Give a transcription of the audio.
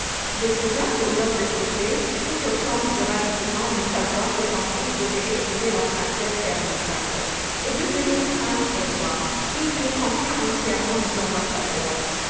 le cousin tourneur de poupées fut au comble du ravissement de savoir que son fils devait épouser la princesse pirlipat et devenir prince et roi et il le confia entièrement aux ambassadeurs